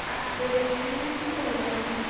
आप रेश्टोरेंट से बोल रहे हैं